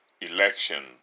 election